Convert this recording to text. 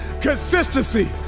consistency